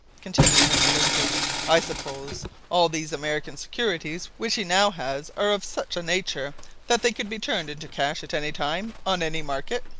continued mr. lindsey i suppose all these american securities which he now has are of such a nature that they could be turned into cash at any time, on any market?